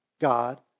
God